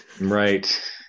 right